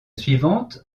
suivante